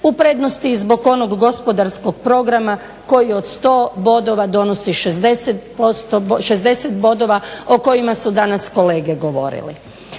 u prednosti zbog onog gospodarskog programa koji od 100 bodova donosi 60 bodova, o kojima su danas kolege govorili.